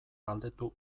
galdetu